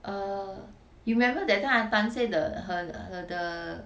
err you remember that time ah tan say the her her the